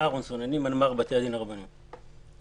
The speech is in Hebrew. מנמ"ר בתי-הדין הרבניים.